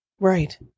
Right